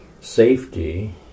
safety